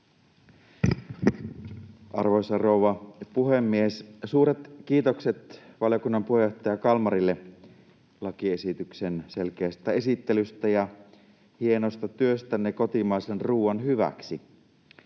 Arvoisa rouva puhemies! Suuret kiitokset valiokunnan puheenjohtaja Kalmarille lakiesityksen selkeästä esittelystä ja hienosta työstänne kotimaisen ruuan hyväksi.